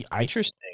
Interesting